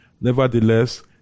Nevertheless